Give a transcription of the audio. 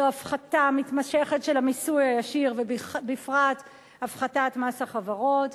זה הפחתה מתמשכת של המיסוי הישיר ובפרט הפחתת מס החברות.